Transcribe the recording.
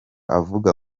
avuga